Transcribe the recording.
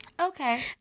okay